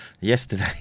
yesterday